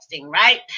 right